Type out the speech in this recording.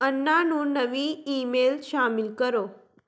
ਅੰਨਾ ਨੂੰ ਨਵੀਂ ਈਮੇਲ ਸ਼ਾਮਿਲ ਕਰੋ